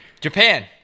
Japan